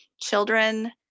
children